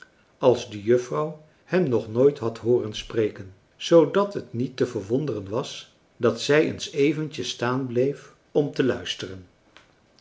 als de juffrouw hem nog nooit had hooren spreken zoodat het niet te verwonderen was dat zij eens eventjes staan bleef om te luisteren